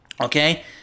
Okay